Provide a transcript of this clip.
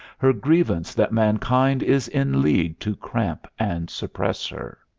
her grievance that mankind is in league to cramp and suppress her.